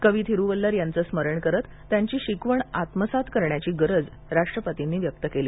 कवी थिरूवल्लर यांचं स्मरण करत त्यांची शिकवण आत्मसात करण्याची गरज राष्ट्रपतींनी व्यक्त केली